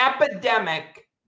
epidemic